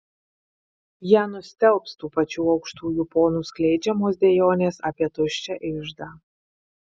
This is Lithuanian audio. ją nustelbs tų pačių aukštųjų ponų skleidžiamos dejonės apie tuščią iždą